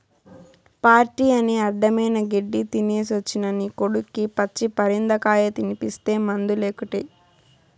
party అని అడ్డమైన గెడ్డీ తినేసొచ్చిన నీ కొడుక్కి పచ్చి పరిందకాయ తినిపిస్తీ మందులేకుటే